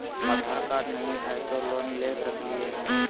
आधार card नही हय, तो लोन ले सकलिये है?